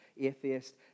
atheist